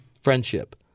friendship